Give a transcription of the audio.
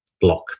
block